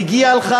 מגיע לך,